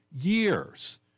years